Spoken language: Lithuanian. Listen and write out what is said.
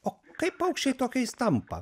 o kaip paukščiai tokiais tampa